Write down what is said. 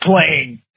playing